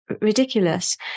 ridiculous